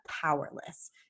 powerless